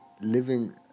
living